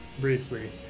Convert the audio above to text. briefly